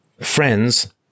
friends